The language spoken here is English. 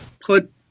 put